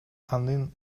анын